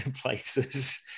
places